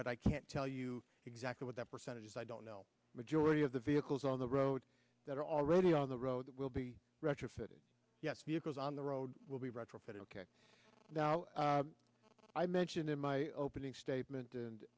but i can't tell you exactly what that percentage is i don't know majority of the vehicles on the road that are already on the road that will be retrofitted yes vehicles on the road will be retrofitted ok now i mentioned in my opening statement and